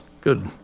good